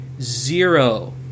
zero